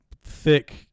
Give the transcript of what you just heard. thick